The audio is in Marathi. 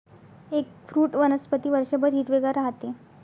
एगफ्रूट वनस्पती वर्षभर हिरवेगार राहते